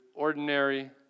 Ordinary